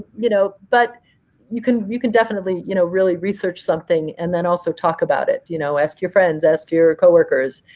you know but you can you can definitely you know really research something and then also talk about it. you know ask your friends. ask your co-workers.